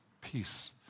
peace